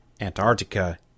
Antarctica